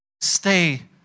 stay